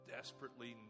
desperately